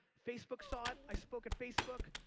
facebook saw it, i spoke at facebook.